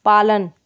पालन